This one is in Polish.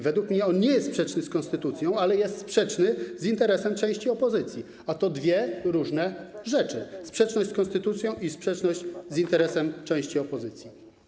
Według mnie on nie jest sprzeczny z konstytucją, ale jest sprzeczny z interesem części opozycji, a to dwie różne rzeczy: sprzeczność z konstytucją i sprzeczność z interesem części opozycji.